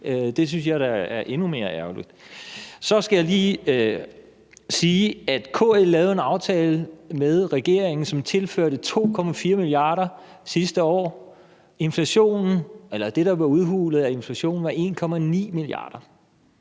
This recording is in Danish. det synes jeg da er endnu mere ærgerligt. Så skal jeg også lige sige, at KL sidste år lavede en aftale med regeringen, som tilførte 2,4 mia. kr., og at det, der var udhulet af inflationen, var 1,9 mia. kr.